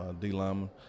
D-lineman